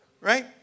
Right